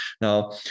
now